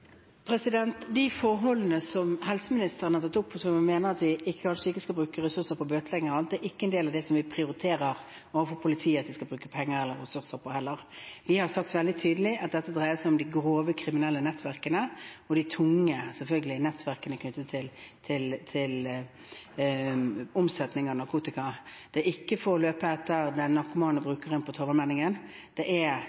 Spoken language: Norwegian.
De forholdene som helseministeren har tatt opp, og som han mener at vi kanskje ikke skal bruke ressurser på – bøtlegging og annet – er ikke en del av det vi heller mener at politiet skal prioritere å bruke penger og ressurser på. Vi har sagt veldig tydelig at dette dreier seg om de grove kriminelle nettverkene, de tunge nettverkene knyttet til omsetning av narkotika. Det er ikke det å løpe etter den